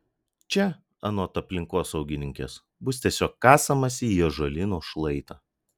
čia anot aplinkosaugininkės bus tiesiog kasamasi į ąžuolyno šlaitą